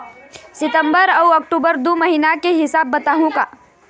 सितंबर अऊ अक्टूबर दू महीना के हिसाब बताहुं का?